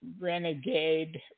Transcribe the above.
renegade